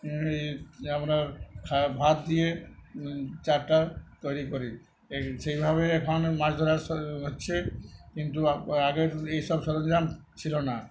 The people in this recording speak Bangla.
আমরা ভাত দিয়ে চারটা তৈরি করি সেইভাবে এখন মাছ ধরার হচ্ছে কিন্তু আগের এই সব সরঞ্জাম ছিল না